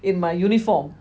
in my uniform